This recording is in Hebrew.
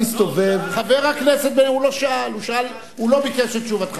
חבר הכנסת בן-ארי, הוא לא ביקש את תשובתך.